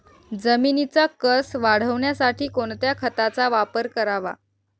जमिनीचा कसं वाढवण्यासाठी कोणत्या खताचा वापर करावा?